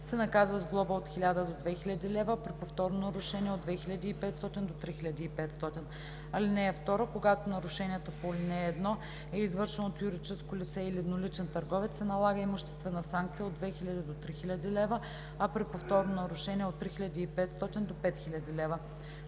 се наказва с глоба от 1000 до 2000 лв., а при повторно нарушение – от 2500 до 3500 лв. (2) Когато нарушението по ал. 1 е извършено от юридическо лице или едноличен търговец, се налага имуществена санкция от 2000 до 3000 лв., а при повторно нарушение – от 3500 до 5000 лв.